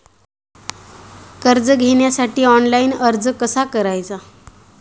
कर्ज घेण्यासाठी ऑनलाइन अर्ज कसा करायचा?